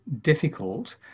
difficult